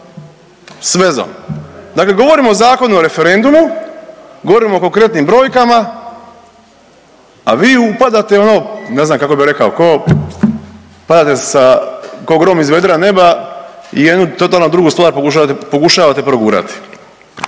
vezom. Dakle govorimo o Zakonu o referendumu, govorimo o konkretnim brojkama, a vi upadate ono ne znam kako bi rekao ko padate ko grom iz vedra neba i jednu totalno drugu stvar pokušavate progurati.